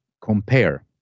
compare